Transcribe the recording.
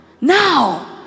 Now